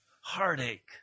Heartache